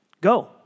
Go